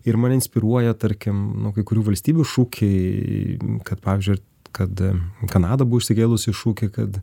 ir mane inspiruoja tarkim nu kai kurių valstybių šūkiai kad pavyzdžiui kad kanada buvo išsikėlusi šūkį kad